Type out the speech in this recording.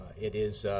it is